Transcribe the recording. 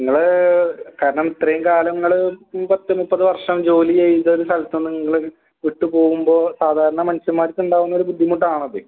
ഇങ്ങൾ കാരണം ഇത്രേങ്കാലം ഇങ്ങൾ പത്ത് മുപ്പത് വർഷം ജോലി ചെയ്തൊരു സ്ഥലത്തെന്ന് നിങ്ങൾ വിട്ട് പോകുമ്പോൾ സാധാരണ മനുഷ്യന്മാർക്കുണ്ടാവുന്നൊരു ബുദ്ധിമുട്ടാണത്